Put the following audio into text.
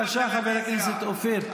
בבקשה, חבר הכנסת אופיר.